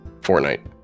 Fortnite